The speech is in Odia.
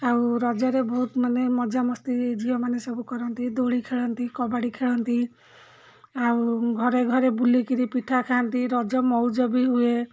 ଆଉ ରଜରେ ବହୁତ ମାନେ ମଜାମସ୍ତି ଝିଅମାନେ ସବୁ କରନ୍ତି ଦୋଳି ଖେଳନ୍ତି କବାଡ଼ି ଖେଳନ୍ତି ଆଉ ଘରେ ଘରେ ବୁଲି କରି ପିଠା ଖାଆନ୍ତି ରଜ ମୌଜ ବି ହୁଏ